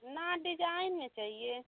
ना डिजाइन में चाहिए